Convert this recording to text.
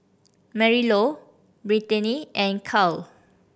Marylou Brittanie and Kyle